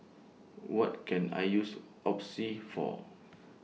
What Can I use Oxy For